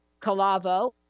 Calavo